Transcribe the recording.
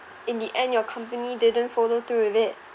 in the end your company didn't follow through with it